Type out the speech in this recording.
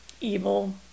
evil